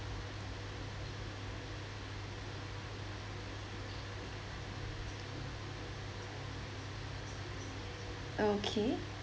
okay